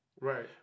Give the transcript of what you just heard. Right